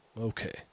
okay